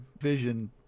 vision